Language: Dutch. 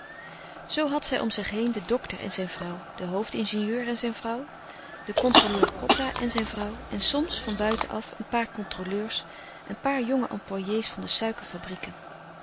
zoo had zij om zich heen den dokter en zijn vrouw den hoofd ingenieur en zijn vrouw den controleur kotta en zijn vrouw en soms van buiten-af een paar controleurs een paar jonge employé's van de